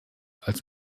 als